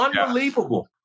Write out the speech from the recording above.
unbelievable